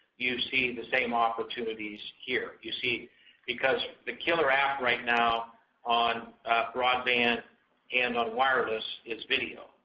you see the same opportunities here. you see because the killer app right now on broadband and on wireless is video.